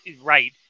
Right